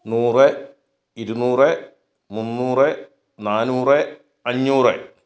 നൂറ് ഇരുന്നൂറ് മുന്നൂറ് നാനൂറ് അഞ്ഞൂറ്